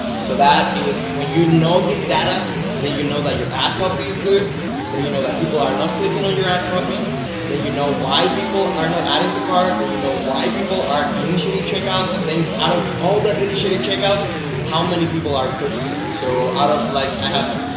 so that is when you know these data then you know that your ad copy is good then you know that people are not clicking on your ad copy then you know why people are not adding to card then? you know why people are initiating checkouts and then out of all that initiated check out how many people are purchasing so out of like i have?